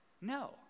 No